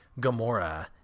Gamora